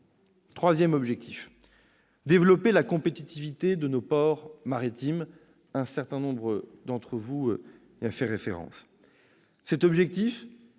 Troisième objectif : développer la compétitivité de nos ports maritimes- un certain nombre d'entre vous y avez fait référence. Cet objectif